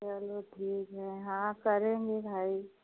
चलो ठीक है हाँ करेंगे भाई